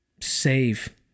save